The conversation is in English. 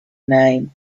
name